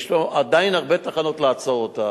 יש פה עדיין הרבה תחנות לעצור אותם.